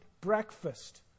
breakfast